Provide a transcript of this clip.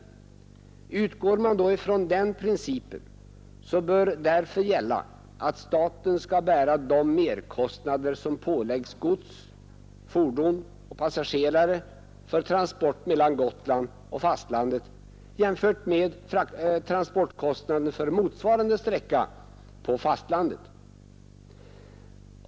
Utgår man från den principen bör staten bära de merkostnader som påläggs gods, fordon och passagerare för transport mellan Gotland och fastlandet i jämförelse med transportkostnaderna för motsvarande sträcka på fastlandet.